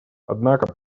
однако